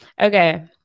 Okay